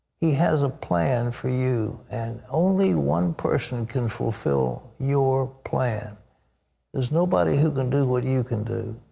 he has a plan for you. and only one person and can fulfill your plan. there is nobody who can do what you can do.